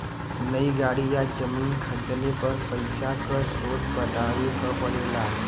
नई गाड़ी या जमीन खरीदले पर पइसा क स्रोत बतावे क पड़ेला